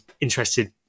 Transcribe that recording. interested